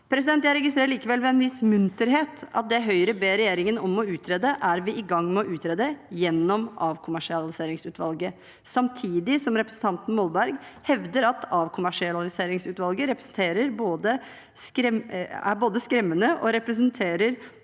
Jeg registrerer likevel med en viss munterhet at det Høyre ber regjeringen om å utrede, er vi i gang med å utrede gjennom avkommersialiseringsutvalget, samtidig som representanten Molberg hevder at det avkommersialiseringsutvalget representerer, både er